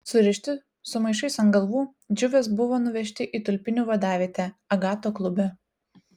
surišti su maišais ant galvų džiuvės buvo nuvežti į tulpinių vadavietę agato klube